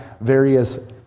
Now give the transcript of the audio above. various